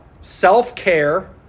self-care